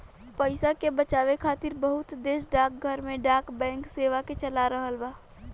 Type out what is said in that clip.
पइसा के बचावे खातिर बहुत देश डाकघर में डाक बैंक सेवा के चला रहल बा